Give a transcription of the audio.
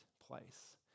place